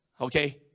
Okay